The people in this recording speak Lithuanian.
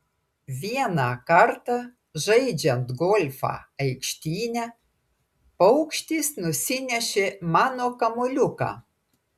vieną kartą žaidžiant golfą aikštyne paukštis nusinešė mano kamuoliuką